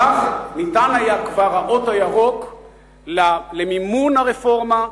בכך ניתן כבר האות הירוק למימון הרפורמה,